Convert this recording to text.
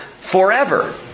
forever